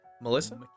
Melissa